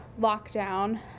lockdown